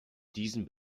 diesen